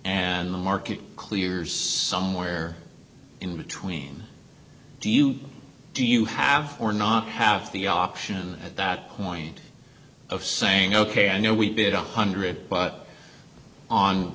and the market clears somewhere in between do you do you have or not have the option at that point of saying ok i know we did a hundred but on